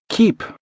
Keep